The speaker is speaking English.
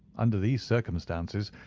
under these circumstances,